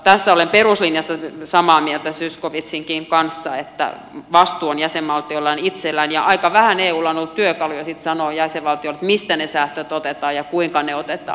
tässä olen peruslinjassa samaa mieltä zyskowiczinkin kanssa että vastuu on jäsenvaltioilla itsellään ja aika vähän eulla on ollut työkaluja sitten sanoa jäsenvaltioille mistä ne säästöt otetaan ja kuinka ne otetaan